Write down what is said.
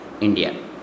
India